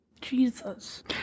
Jesus